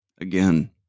again